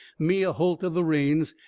me a-holt of the reins,